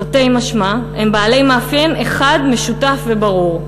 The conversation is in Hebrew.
תרתי משמע, הם בעלי מאפיין אחד משותף וברור: